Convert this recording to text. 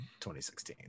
2016